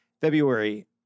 February